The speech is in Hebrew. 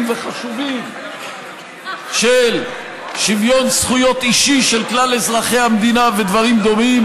וחשובים של שוויון זכויות אישי של כלל אזרחי המדינה ודברים דומים,